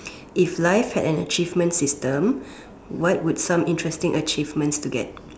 if life had an achievement system what would some interesting achievements to get